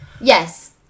yes